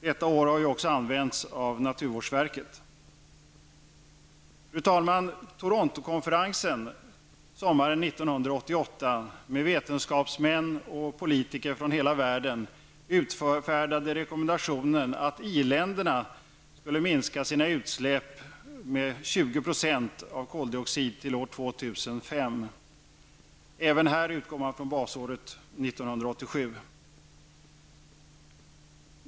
Detta år har också använts av naturvårdsverket. Fru talman! Torontokonferensen sommaren 1988 med vetenskapsmän och politiker från hela världen utfärdade rekommendationen att i-länderna skulle minska sina utsläpp av koldioxid med 20 % till år 2005. Även här utgår man från basåret 1987.